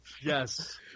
Yes